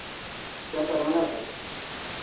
क्या करवाना है सर